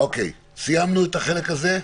אוקיי, סיימנו את החלק הזה?